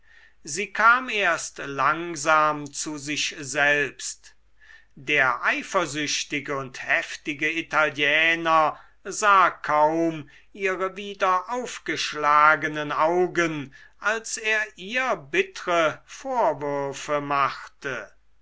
sie kam erst langsam zu sich selbst der eifersüchtige und heftige italiener sah kaum ihre wieder aufgeschlagenen augen als er ihr bittre vorwürfe machte